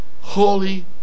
Holy